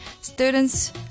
students